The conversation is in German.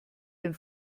den